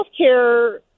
healthcare